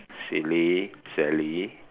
silly Sally